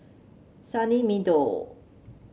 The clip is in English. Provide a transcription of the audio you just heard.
Sunny Meadow